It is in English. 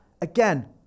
Again